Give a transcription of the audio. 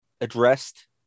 addressed